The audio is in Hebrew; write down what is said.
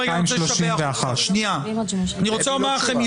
231. אני רוצה לומר לכם,